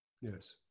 Yes